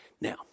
now